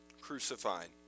crucified